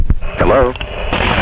Hello